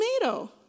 tomato